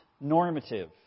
normative